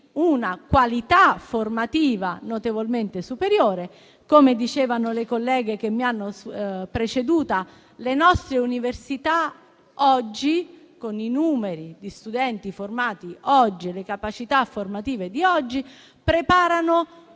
una qualità formativa notevolmente superiore. Come dicevano le colleghe che mi hanno preceduta, le nostre università oggi, con i numeri degli studenti formati oggi e le capacità formative di oggi, preparano